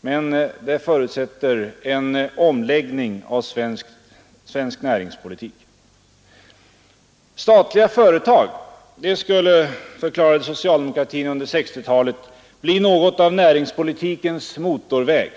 Men det förutsätter en omläggning av svensk näringspolitik. Statliga företag skulle, förklarade socialdemokratin under 1960-talet, bli något av näringspolitikens motorväg.